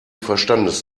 verstandes